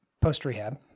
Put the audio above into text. post-rehab